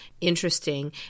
interesting